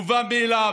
מובן מאליו: